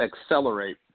accelerate